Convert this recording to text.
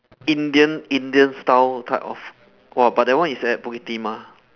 indian indian style type of !wah! but that one is at bukit-timah